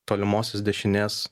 tolimosios dešinės